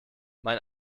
mein